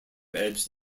edged